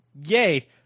Yay